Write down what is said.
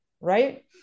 right